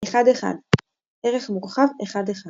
אחד אחד ערך מורחב – אחד אחד